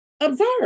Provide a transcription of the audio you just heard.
observe